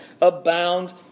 abound